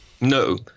No